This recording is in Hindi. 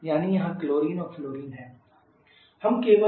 यानी यहां क्लोरीन और फ्लोरीन है